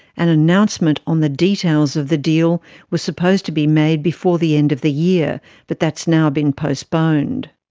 an announcement on the details of the deal was supposed to be made before the end of the year but that's now been postponed.